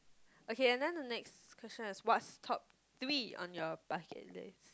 okay and then the next question is what's top three on your bucket list